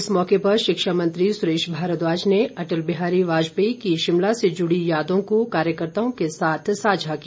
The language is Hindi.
इस मौके पर शिक्षा मंत्री सुरेश भारद्वाज ने अटल बिहारी वाजपेयी की शिमला से जुड़ी यादों को कार्यकर्त्ताओं के साथ सांझा किया